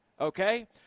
okay